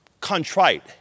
contrite